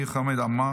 חמד עמאר,